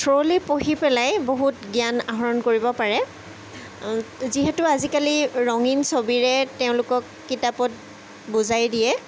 thoroughly পঢ়ি পেলাই বহুত জ্ঞান আহৰণ কৰিব পাৰে যিহেতু আজিকালি ৰঙীন ছবিৰে তেওঁলোকক কিতাপত বুজাই দিয়ে